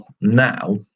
now